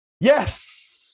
Yes